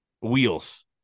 wheels